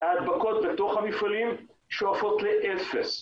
ההדבקות בתוך המפעלים שואפות לאפס,